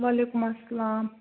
وعلیکُم اَسلام